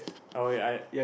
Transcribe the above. okay I